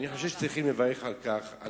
אני חושב שצריכים לברך על כך.